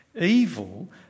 Evil